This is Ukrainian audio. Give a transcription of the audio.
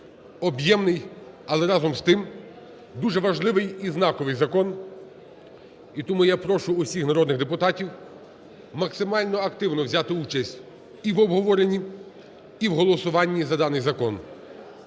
Об'ємний, але разом з тим дуже важливий і знаковий закон, і тому я прошу всіх народних депутатів максимально активно взяти участь і в обговоренні, і в голосування за даний закон.